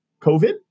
COVID